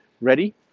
Ready